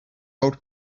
old